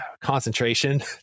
concentration